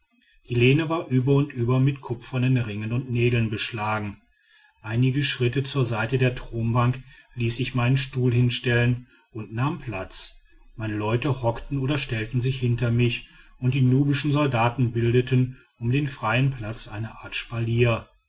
die lehne war über und über mit kupfernen ringen und nägeln beschlagen einige schritte zur seite der thronbank ließ ich meinen stuhl hinstellen und nahm platz meine leute hockten oder stellten sich hinter mich und die nubischen soldaten bildeten um den freien platz eine art spalier